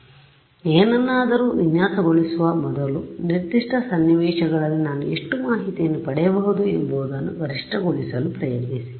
ಆದ್ದರಿಂದ ಏನನ್ನಾದರೂ ವಿನ್ಯಾಸಗೊಳಿಸುವ ಮೊದಲು ನಿರ್ದಿಷ್ಟ ಸನ್ನಿವೇಶದಲ್ಲಿ ನಾನು ಎಷ್ಟು ಮಾಹಿತಿಯನ್ನು ಪಡೆಯಬಹುದು ಎಂಬುದನ್ನು ಗರಿಷ್ಠಗೊಳಿಸಲು ಪ್ರಯತ್ನಿಸಿ